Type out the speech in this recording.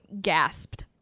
gasped